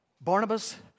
Barnabas